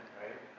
right